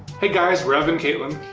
hey guys, we're evan katelyn.